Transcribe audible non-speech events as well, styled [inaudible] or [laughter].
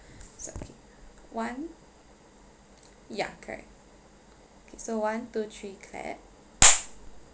so okay one yeah correct so one two three clap [noise]